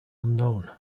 unknown